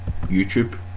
YouTube